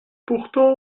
pourtant